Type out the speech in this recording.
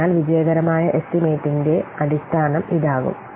അതിനാൽ വിജയകരമായ എസ്റ്റിമേറ്റിന്റെ അടിസ്ഥാനം ഇതാകും